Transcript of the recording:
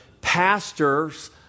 pastor's